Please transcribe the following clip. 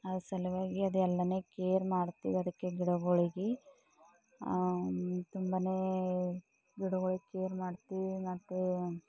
ಅದ್ರ ಸಲುವಾಗಿ ಅದಕ್ಕೆಲ್ಲನೇ ಕೇರ್ ಮಾಡ್ತೀವಿ ಅದಕ್ಕೆ ಗಿಡಗಳಿಗೆ ತುಂಬನೇ ಗಿಡಗಳಿಗೆ ಕೇರ್ ಮಾಡ್ತೀವಿ ಮತ್ತೆ